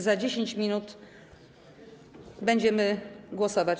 Za 10 minut będziemy głosować